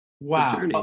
Wow